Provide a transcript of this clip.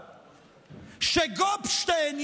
שגופשטיין,